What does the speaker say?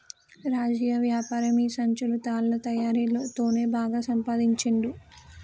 రాజయ్య వ్యాపారం ఈ సంచులు తాళ్ల తయారీ తోనే బాగా సంపాదించుండు